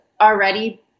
already